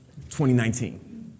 2019